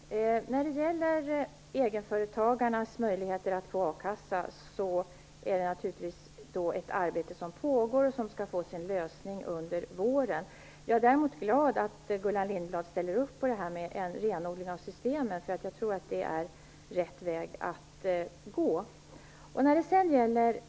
Herr talman! När det gäller egenföretagarnas möjligheter att få a-kassa pågår det naturligtvis ett arbete, och frågan skall få sin lösning under våren. Jag är glad att Gullan Lindblad ställer upp på en renodling av systemet. Jag tror att det är rätt väg att gå.